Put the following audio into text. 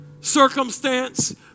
circumstance